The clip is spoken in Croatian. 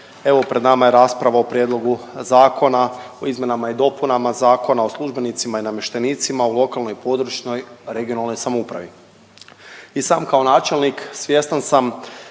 evo pred nama je rasprava o Prijedlogu zakona o izmjenama i dopunama Zakona o službenicima i namještenicima u lokalnoj i područnoj (regionalnoj) samoupravi. I sam kao načelnik svjestan sam